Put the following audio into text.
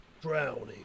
drowning